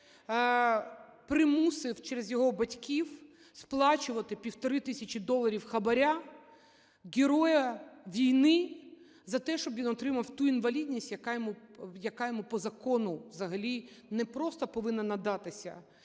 примусив, через його батьків, 1,5 тисячі доларів хабара, героя війни, за те, щоб він отримав ту інвалідність, яка йому по закону взагалі не просто повинна надатися,